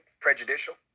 prejudicial